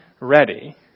ready